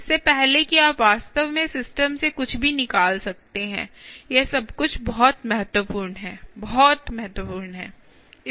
इससे पहले कि आप वास्तव में सिस्टम से कुछ भी निकाल सकते हैं यह सब कुछ बहुत महत्वपूर्ण है बहुत महत्वपूर्ण है